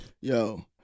yo